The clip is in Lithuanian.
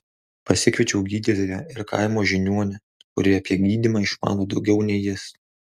pasikviečiau gydytoją ir kaimo žiniuonę kuri apie gydymą išmano daugiau nei jis